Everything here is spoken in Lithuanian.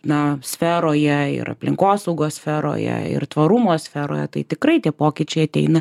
na sferoje ir aplinkosaugos sferoje ir tvarumo sferoje tai tikrai tie pokyčiai ateina